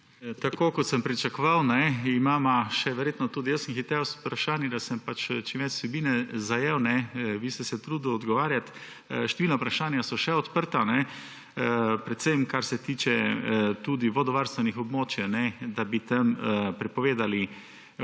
Tako kot sem pričakoval, imava še verjetno – tudi jaz sem hitel z vprašanji, da sem pač čim več vsebine zajel, vi ste se trudili odgovarjati. Številna vprašanja so še odprta, predvsem kar se tiče tudi vodovarstvenih območij, da bi tam prepovedali